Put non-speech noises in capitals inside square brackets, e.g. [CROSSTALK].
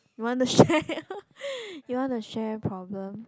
you want to share [LAUGHS] you want to share problem